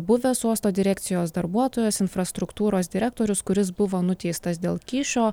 buvęs uosto direkcijos darbuotojas infrastruktūros direktorius kuris buvo nuteistas dėl kyšio